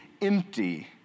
empty